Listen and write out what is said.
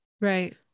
right